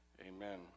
Amen